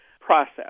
process